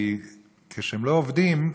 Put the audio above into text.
כי כשהם לא עובדים,